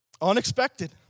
Unexpected